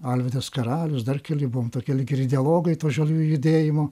alvydas karalius dar keli buvom tokie lyg ir ideologai to žaliųjų judėjimo